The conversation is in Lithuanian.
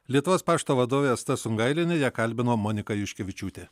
lietuvos pašto vadovė asta sungailienė ją kalbino monika juškevičiūtė